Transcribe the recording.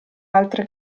altre